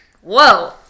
whoa